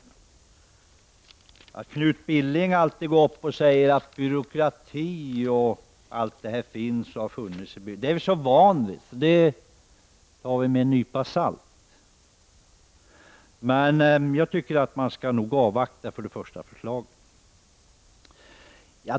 Att Knut Billing alltid går upp och säger att det är och alltid har varit byråkrati är jag så van vid. Det tar vi med en nypa salt. Men jag tycker att man skall avvakta förslaget först.